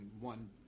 one